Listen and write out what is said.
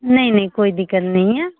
नहीं नहीं कोई दिक़्क़त नहीं है